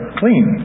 clean